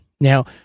Now